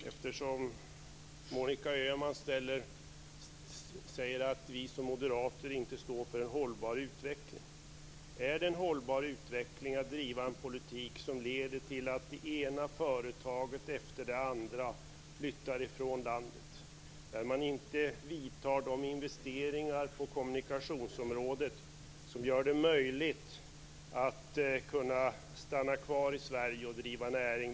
Eftersom Monica Öhman säger att vi moderater inte står för en hållbar utveckling, vill jag ställa frågan: Är det en hållbar utveckling att driva en politik som leder till att det ena företaget efter det andra flyttar från landet, att man inte vidtar de investeringar på kommunikationsområdet som gör det möjligt att stanna kvar i Sverige och driva näring?